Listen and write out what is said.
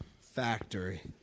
Factory